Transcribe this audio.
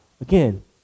again